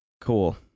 Cool